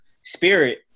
spirit